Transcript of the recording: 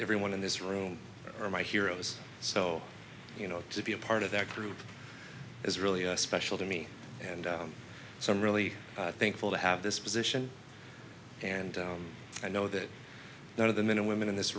everyone in this room are my heroes so you know to be a part of that group is really special to me and so i'm really thankful to have this position and i know that none of the men and women in this